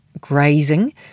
grazing